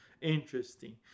interesting